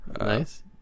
nice